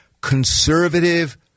conservative